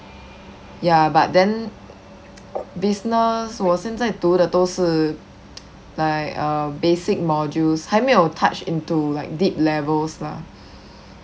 ya but then business 我现在读的都是 like err basic modules 还没有 touch into like deep levels lah